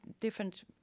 different